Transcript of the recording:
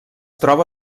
troba